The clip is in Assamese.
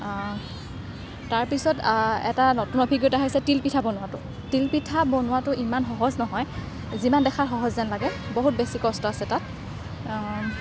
তাৰপিছত এটা নতুন অভিজ্ঞতা হৈছে তিল পিঠা বনোৱাটো তিলপিঠা বনোৱাটো ইমান সহজ নহয় যিমান দেখাত সহজ যেন লাগে বহুত বেছি কষ্ট আছে তাত